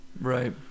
Right